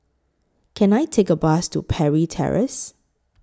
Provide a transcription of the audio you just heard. Can I Take A Bus to Parry Terrace